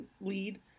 lead